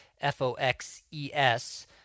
F-O-X-E-S